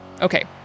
Okay